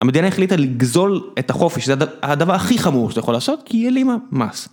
המדינה החליטה לגזול את החופש, זה הדבר הכי חמור שאתה יכול לעשות, כי היא העלימה מס